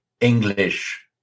English